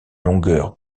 longueur